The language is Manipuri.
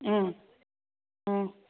ꯎꯝ ꯎꯝ